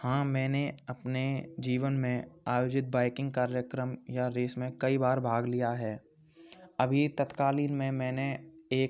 हाँ मैंने अपने जीवन में आयोजित बाइकिंग कार्यक्रम या रेस में कई बार भाग लिया है अभी तत्कालीन में मैंने एक